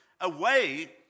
away